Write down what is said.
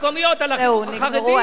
ציפי לבני היתה נותנת,